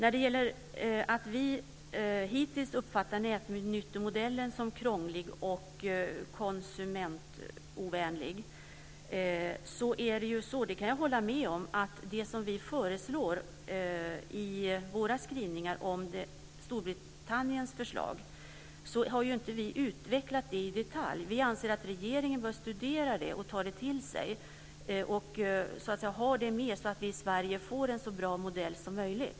Hittills har vi uppfattat nätnyttomodellen som krånglig och konsumentovänlig. Jag kan hålla med om att vi inte i detalj har utvecklat det som vi föreslår i våra skrivningar om Storbritanniens förslag. Vi anser att regeringen bör studera det och ta det till sig och så att säga ha det med sig så att vi får en så bra modell som möjligt.